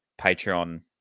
Patreon